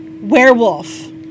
werewolf